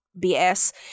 BS